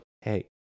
hey